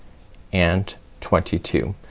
and twenty two.